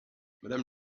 madame